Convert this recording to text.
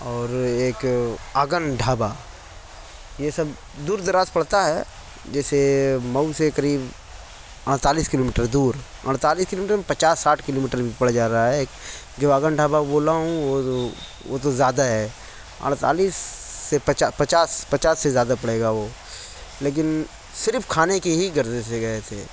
اور ایک آگن ڈھابا یہ سب دور دراز پڑتا ہے جیسے مئو سے قریب اڑتالیس کلو میٹر دور اڑتالیس کلو میٹر پچاس ساٹھ کلو میٹر پڑ جا رہا ہے جو آگن ڈھابا بولا ہوں وہ وہ تو زیادہ ہے اڑتالیس سے پچاس پچاس پچاس سے زیادہ پڑے گا وہ لیکن صرف کھانے کی ہی غرض سے گئے تھے